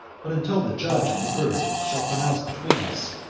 but until the judge of the earth shall pronounce between us,